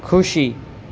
ખુશી